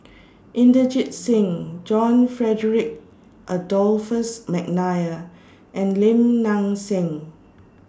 Inderjit Singh John Frederick Adolphus Mcnair and Lim Nang Seng